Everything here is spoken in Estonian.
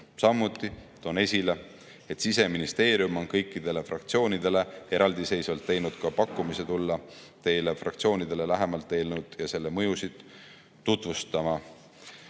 Samuti toon esile, et Siseministeerium on kõikidele fraktsioonidele eraldi teinud pakkumise tulla fraktsiooni lähemalt eelnõu ja selle mõjusid tutvustama.